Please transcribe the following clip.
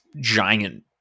giant